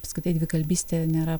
apskritai dvikalbystė nėra